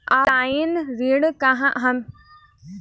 Offline ऋण हमें कहां से प्राप्त होता है?